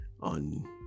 on